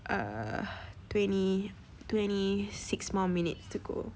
err twenty twenty six more minutes to go